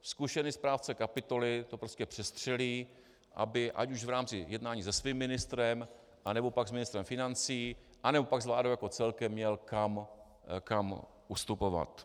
Zkušený správce kapitoly to prostě přestřelí, aby ať už v rámci jednání se svými ministrem, anebo pak s ministrem financí anebo pak s vládou jako celkem měl kam ustupovat.